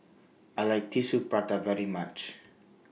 I like Tissue Prata very much